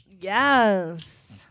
Yes